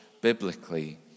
biblically